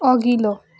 अघिल्लो